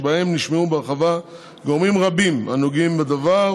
שבהם נשמעו בהרחבה גורמים רבים הנוגעים בדבר,